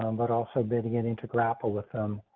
um but also beginning to grapple with them